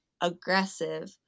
aggressive